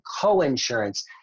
co-insurance